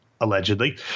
Allegedly